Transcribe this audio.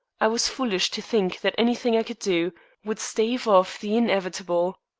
i was foolish to think that anything i could do would stave off the inevitable.